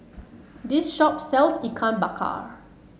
this shop sells Ikan Bakar